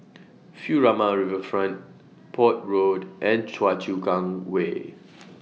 Furama Riverfront Port Road and Choa Chu Kang Way